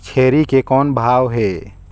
छेरी के कौन भाव हे?